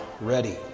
ready